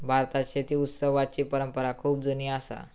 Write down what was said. भारतात शेती उत्सवाची परंपरा खूप जुनी असा